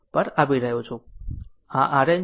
આ RN છે